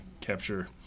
capture